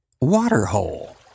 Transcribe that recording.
Waterhole